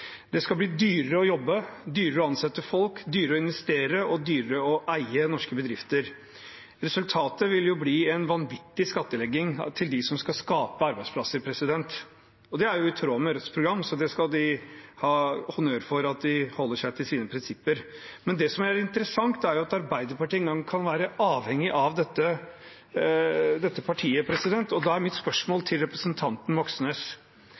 Det skal bli dyrere å jobbe, dyrere å ansette folk, dyrere å investere og dyrere å eie norske bedrifter. Resultatet vil bli en vanvittig skattlegging av dem som skal skape arbeidsplasser. Det er i tråd med Rødts program, så de skal ha honnør for at de holder seg til sine prinsipper, men det som er interessant, er at Arbeiderpartiet kan være avhengig av dette partiet. Da er mitt spørsmål til representanten Moxnes: